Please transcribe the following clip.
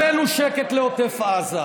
הבאנו שקט לעוטף עזה,